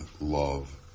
love